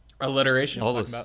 Alliteration